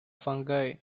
fungi